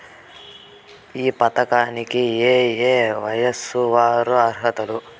ఈ పథకానికి ఏయే వయస్సు వారు అర్హులు?